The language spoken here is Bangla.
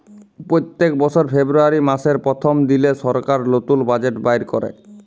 প্যত্তেক বসর ফেব্রুয়ারি মাসের পথ্থম দিলে সরকার লতুল বাজেট বাইর ক্যরে